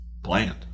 bland